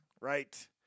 right